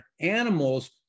animals